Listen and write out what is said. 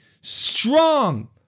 strong